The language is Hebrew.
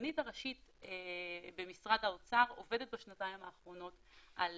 הכלכלנית הראשית במשרד האוצר עובדת בשנתיים האחרונות על